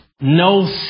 No